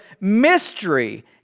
mystery